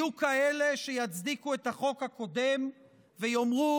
יהיו כאלה שיצדיקו את החוק הקודם ויאמרו: